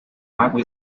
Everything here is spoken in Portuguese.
água